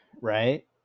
right